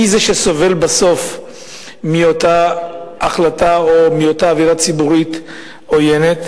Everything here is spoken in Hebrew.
מי זה שסובל בסוף מאותה החלטה או מאותה אווירה ציבורית עוינת?